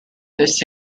this